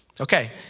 Okay